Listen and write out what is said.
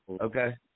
Okay